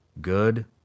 good